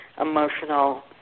emotional